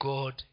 God